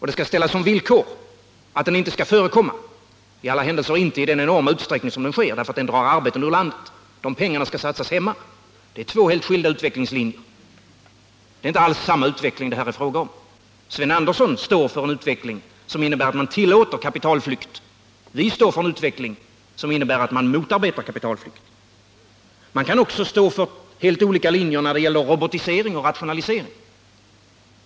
Det skall ställas som villkor att den inte skall förekomma, i alla händelser inte i den enorma utsträckning som nu sker. Kapitalflykten drar nämligen arbeten ut ur landet, och de pengarna skall satsas här hemma. Det jag beskrivit innebär två skilda utvecklingslinjer. Det är inte alls samma utveckling det är fråga om. Sven Andersson står för en utveckling som innebär att man tillåter kapitalflykt. Vi står för en utveckling som innebär att man motarbetar kapitalflykt. Man kan också stå för helt olika linjer när det gäller robotisering och rationalisering.